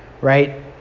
right